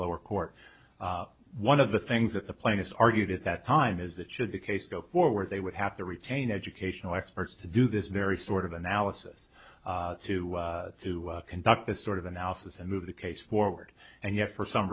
lower court one of the things that the plaintiffs argued at that time is that should the case go forward they would have to retain educational experts to do this very sort of analysis to to conduct this sort of analysis and move the case forward and yet for some